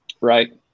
Right